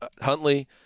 Huntley